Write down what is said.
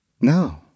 No